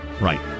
Right